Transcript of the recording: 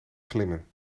glimmen